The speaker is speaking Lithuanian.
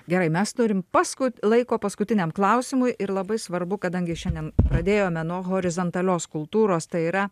gerai mes turim pasku laiko paskutiniam klausimui ir labai svarbu kadangi šiandien pradėjome nuo horizontalios kultūros tai yra